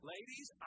Ladies